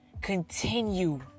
continue